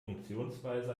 funktionsweise